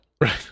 right